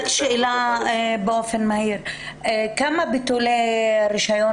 רק שאלה באופן מהיר: כמה ביטולי רישיון